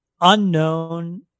unknown